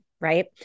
right